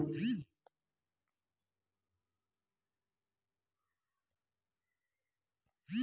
యీ కివీ పళ్ళని రోజూ తినడం వల్ల ఆరోగ్యానికి మంచిదని డాక్టర్లు చెబుతున్నారు